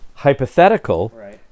hypothetical